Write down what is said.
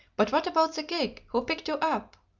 but what about the gig? who picked you up?